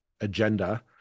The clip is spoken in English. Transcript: agenda